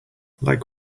like